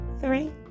Three